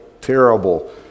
terrible